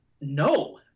no